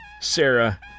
Sarah